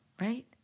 right